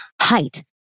height